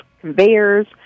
conveyors